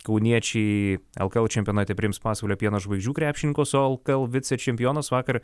kauniečiai lkl čempionate priims pasvalio pieno žvaigždžių krepšininkus o lkl vicečempionas vakar